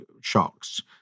shocks